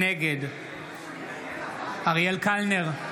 נגד אריאל קלנר,